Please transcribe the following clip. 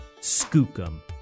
Skookum